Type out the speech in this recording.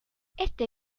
este